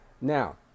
Now